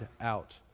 out